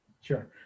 Sure